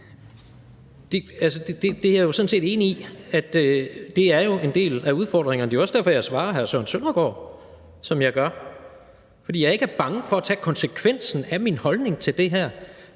Det er jeg jo sådan set enig i, altså at det er en del af udfordringen. Det er jo også derfor, jeg svarer hr. Søren Søndergaard, som jeg gør, altså fordi jeg ikke er bange for at tage konsekvensen af min holdning til det her,